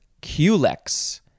Culex